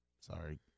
Sorry